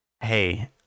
hey